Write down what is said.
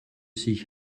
sich